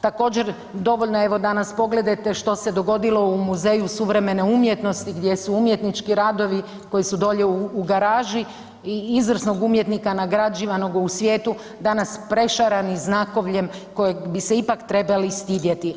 Također, dovoljno je evo danas pogledajte što se dogodilo u Muzeju suvremene umjetnosti gdje su umjetnički radovi koji su dolje u garaži i izvrsnog umjetnika, nagrađivanoga u svijetu danas prešarani znakovljem kojeg bi se ipak trebali stidjeti.